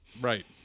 Right